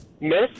Miss